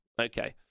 Okay